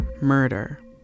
murder